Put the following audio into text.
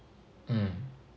mm